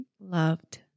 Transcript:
loved